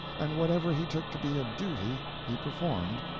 and whatever he took to be a duty he performed,